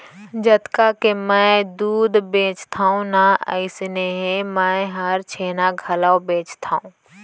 जतका के मैं दूद बेचथव ना अइसनहे मैं हर छेना घलौ बेचथॅव